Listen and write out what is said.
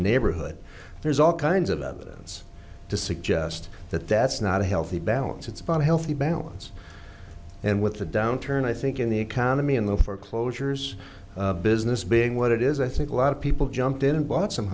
neighborhood there's all kinds of evidence to suggest that that's not a healthy balance it's about a healthy balance and what the downturn i think in the economy and the foreclosures business being what it is i think a lot of people jumped in and bought some